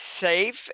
safe